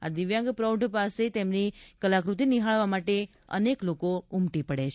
આ દિવ્યાંગ પ્રૌઢ પાસે તેમની કલાકૃતિ નિહાળવા માટે અનેક લોકો ઉમટી પડે છે